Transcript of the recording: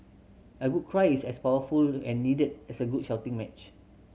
a good cry is as powerful and needed as a good shouting match